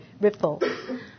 ripple